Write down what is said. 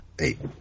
Eight